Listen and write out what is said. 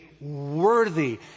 worthy